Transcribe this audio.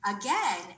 again